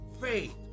faith